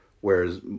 Whereas